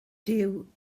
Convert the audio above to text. duw